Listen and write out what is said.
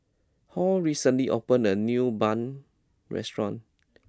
Hall recently opened a new Bun restaurant